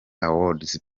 awards